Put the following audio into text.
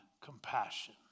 compassion